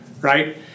Right